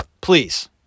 Please